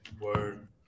Word